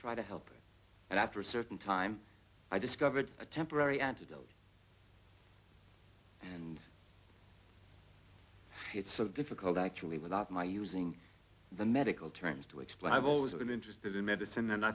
try to help and after a certain time i discovered a temporary antidote and it's so difficult actually without my using the medical terms to explain i've always been interested in medicine and i